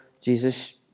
Jesus